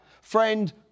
Friend